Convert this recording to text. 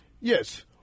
yes